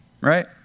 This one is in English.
Right